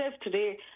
today